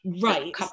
Right